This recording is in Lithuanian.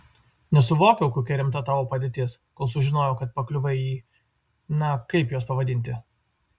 nesuvokiau kokia rimta tavo padėtis kol sužinojau kad pakliuvai į na kaip juos pavadinti